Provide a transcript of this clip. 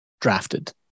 drafted